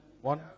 One